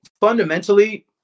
fundamentally –